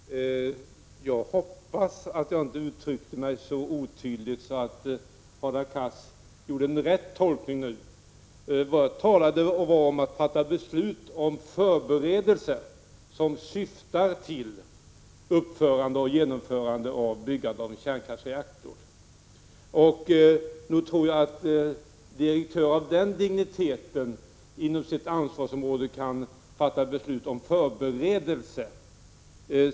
Herr talman! Jag hoppas att jag inte uttryckte mig otydligt, så att Hadar Cars nu kunde göra en riktig tolkning. Vad jag talade om var att fatta beslut om förberedelser som syftar till uppförande och genomförande av ett kärnreaktorbygge. Jag tror att direktörer av den digniteten inom sitt ansvarsområde nog kan fatta beslut om förberedelser.